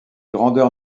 grandeur